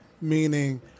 Meaning